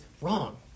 wrong